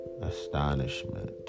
astonishment